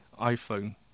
iPhone